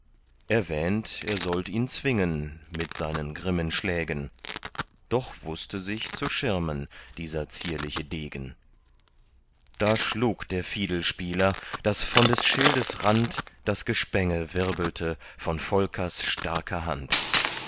wähnt er sollt ihn zwingen mit seinen grimmen schlägen doch wußte sich zu schirmen dieser zierliche degen da schlug der fiedelspieler daß von des schildes rand das gespänge wirbelte von volkers starker hand